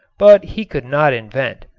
but he could not invent.